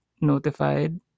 notified